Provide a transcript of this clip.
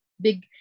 big